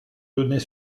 donner